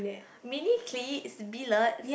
Miniclip billiard